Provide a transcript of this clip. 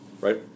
right